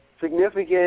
significant